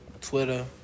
Twitter